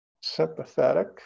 sympathetic